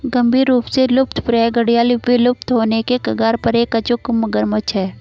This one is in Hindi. गंभीर रूप से लुप्तप्राय घड़ियाल विलुप्त होने के कगार पर एक अचूक मगरमच्छ है